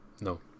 No